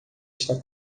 está